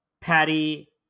Patty